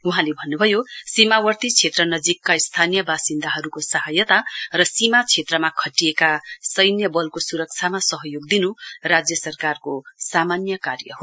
वहाँले भन्नुभयो सीमावर्ती क्षेत्र नजीकका स्थानीय वासिन्दाहरूको सहायता र सीमा क्षेत्रमा खटिएका सैन्यबलको सुरक्षामा सहयोग दिनु राज्य सरकारको सामान्य कार्य हो